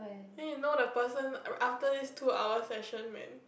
then you know the person r~ after this two hours session man